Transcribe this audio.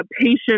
patient